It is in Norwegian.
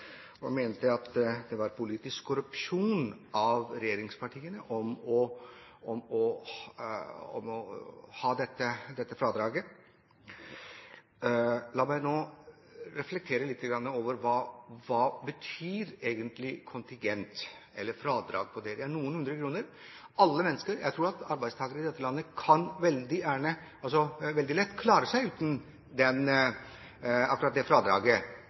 og mente det var «politisk korrupsjon» av regjeringspartiene å ha dette fradraget. La meg nå reflektere litt over hva fradrag for kontingent egentlig betyr. Det er noen få hundre kroner. Jeg tror at arbeidstakere i dette landet veldig lett klarer seg uten akkurat dette fradraget.